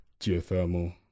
geothermal